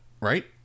Right